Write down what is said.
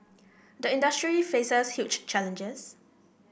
the industry faces huge challenges